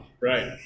Right